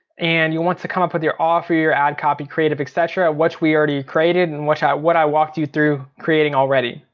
and you want to come up with your offer, your ad copy, creative, et cetera. what we already created and what i what i walked you through creating already.